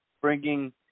Bringing